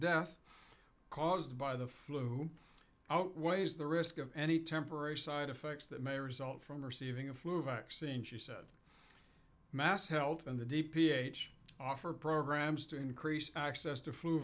death caused by the flu outweighs the risk of any temporary side effects that may result from receiving a flu vaccine she said mass health and the d p h offer programs to increase access to fl